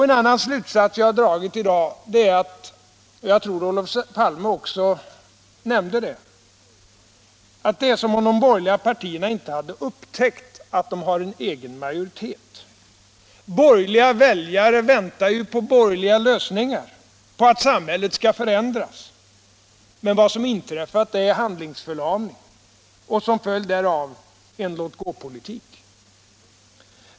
En annan slutsats som jag har dragit i dag — jag tror att också Olof Palme nämnde det — är att det verkar som om de borgerliga partierna inte hade upptäckt att de har en egen majoritet. Borgerliga väljare väntar på borgerliga lösningar, på att samhället skall förändras. Men vad som inträffat är handlingsförlamning och som följd därav en låt-gå-politik.